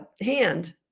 hand